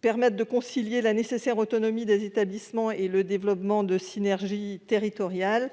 permette de concilier la nécessaire autonomie des établissements et le développement de synergies territoriales